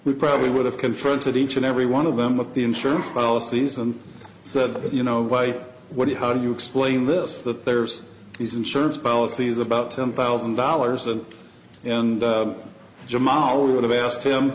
we probably would have confronted each and every one of them with the insurance policies and said you know what how do you explain this that there's these insurance policies about ten thousand dollars and jamal would have asked him